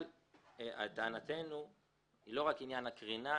אבל טענתנו היא לא רק בעניין הקרינה.